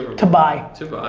to buy. to